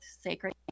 Sacred